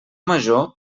major